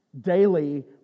Daily